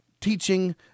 teaching